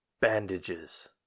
bandages